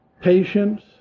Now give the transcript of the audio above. Patience